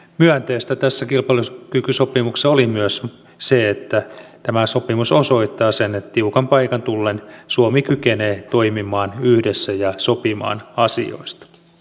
myönteistä tässä kilpailukykysopimuksessa oli myös se että tämä sopimus osoittaa sen että tiukan paikan tullen suomi kykenee toimimaan yhdessä ja sopimaan asioista